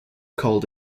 called